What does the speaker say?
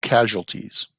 casualties